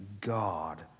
God